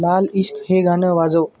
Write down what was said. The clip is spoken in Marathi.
लाल इश्क हे गाणं वाजव